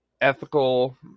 ethical